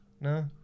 No